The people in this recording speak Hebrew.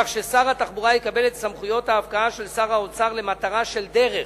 כך ששר התחבורה יקבל את סמכויות ההפקעה של שר האוצר למטרה של "דרך",